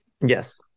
Yes